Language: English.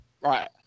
right